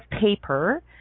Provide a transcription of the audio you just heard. paper